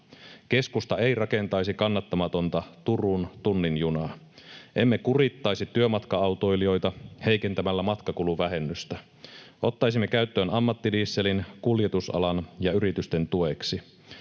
Keskusta ei rakentaisi kannattamatonta Turun tunnin junaa. Emme kurittaisi työmatka-autoilijoita heikentämällä matkakuluvähennystä. Ottaisimme käyttöön ammattidieselin kuljetusalan ja yritysten tueksi.